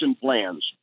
plans